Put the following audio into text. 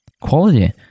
quality